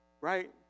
Right